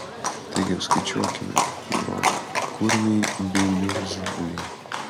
taigi apskaičiuokime broliai kurmiai bei niurzgliai